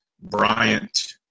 Bryant